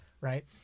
Right